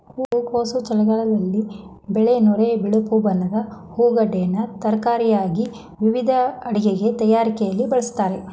ಹೂಕೋಸು ಚಳಿಗಾಲದ ಬೆಳೆ ನೊರೆ ಬಿಳುಪು ಬಣ್ಣದ ಹೂಗೆಡ್ಡೆನ ತರಕಾರಿಯಾಗಿ ವಿವಿಧ ಅಡಿಗೆ ತಯಾರಿಕೆಲಿ ಬಳಸ್ತಾರೆ